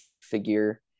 figure